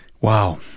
Wow